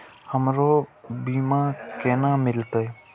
हमरो बीमा केना मिलते?